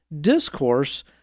discourse